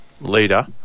leader